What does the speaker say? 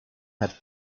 had